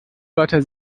wörter